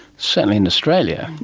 certainly in australia.